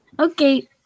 Okay